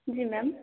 जी ma'am